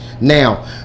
Now